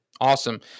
Awesome